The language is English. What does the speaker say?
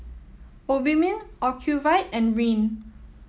Obimin Ocuvite and Rene